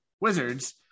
wizards